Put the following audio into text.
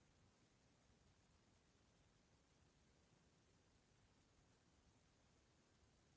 Hvala vam.